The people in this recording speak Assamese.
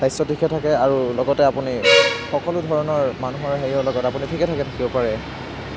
স্বাস্থ্য ঠিকে থাকে আৰু লগতে আপুনি সকলো ধৰণৰ মানুহৰ হেৰিয়ৰ লগত আপুনি ঠিকেঠাকে থাকিব পাৰে